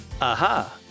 Aha